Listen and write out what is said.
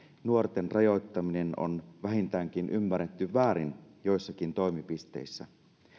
nuorten rajoittaminen on vähintäänkin ymmärretty väärin joissakin toimipisteissä